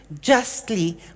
justly